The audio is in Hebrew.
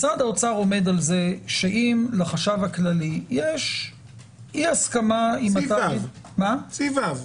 משרד האוצר עומד על זה שאם לחשב הכללי יש אי-הסכמה- - סעיף ו.